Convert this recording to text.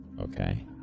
Okay